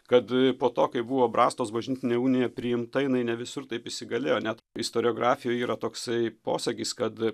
kad po to kai buvo brastos bažnytinė unija priimta jinai ne visur taip įsigalėjo net istoriografijoj yra toksai posakis kad